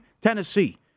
Tennessee